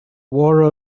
wore